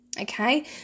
okay